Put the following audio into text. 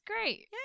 great